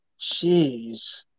Jeez